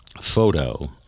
photo